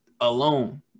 alone